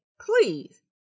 please